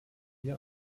hier